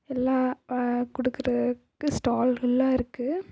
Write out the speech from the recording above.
எல்லாம் கொடுக்கறக்கு ஸ்டால்களெலாம் இருக்குது